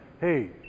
hey